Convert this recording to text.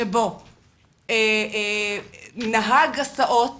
שבו נהג הסעות